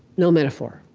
no metaphor.